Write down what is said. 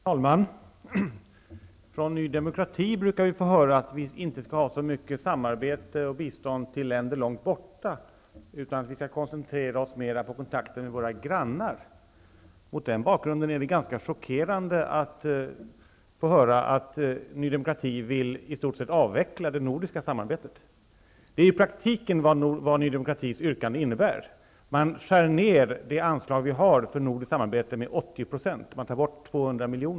Herr talman! Från Ny demokrati brukar vi få höra att vi inte skall ha så mycket samarbete med och inte ge så mycket bistånd till länder som ligger långt bort från vårt land, utan att vi skall koncentrera oss mera på kontakterna med våra grannar. Mot den bakgrunden är det ganska chockerande att få höra att Ny demokrati i stort sett vill avveckla det nordiska samarbetet. Det är egentligen vad Ny demokratis yrkande innebär. Man skär ner de anslag vi har för nordiskt samarbete med 80 %-- man tar bort 200 miljoner.